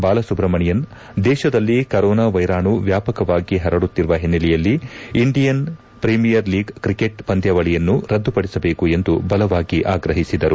ಬಾಲಸುಬ್ರಮಣಿಯನ್ ದೇಶದಲ್ಲಿ ಕರೋನಾ ವೈರಾಣು ವ್ಯಾಪಕವಾಗಿ ಪರಡುತ್ತಿರುವ ಓನ್ನೆಲೆಯಲ್ಲಿ ಇಂಡಿಯನ್ ಪ್ರೀಮಿಯರ್ ಲೀಗ್ ಕ್ರಿಕೆಟ್ ಪಂದ್ಯವಳಿಯನ್ನು ರದ್ದುಗೊಳಿಸಬೇಕು ಎಂದು ಬಲವಾಗಿ ಆಗ್ರಹಿಸಿದರು